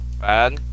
bad